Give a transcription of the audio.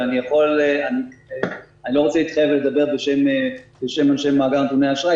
ואני לא רוצה להתחייב לדבר בשם מאגר נתוני האשראי,